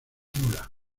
nula